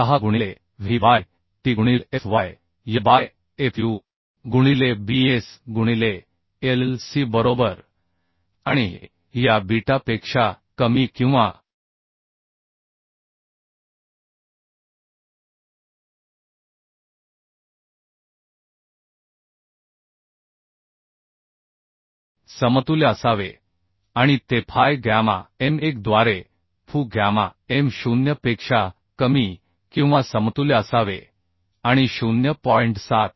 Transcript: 076 गुणिले W by T गुणील Fy by Fu गुणिले Bs गुणिले Lc बरोबर आणि हे या बीटा पेक्षा कमी किंवासमतुल्य असावे आणि ते Fy गॅमा m1 द्वारे Fu गॅमा m0 पेक्षा कमी किंवा समतुल्य असावे आणि 0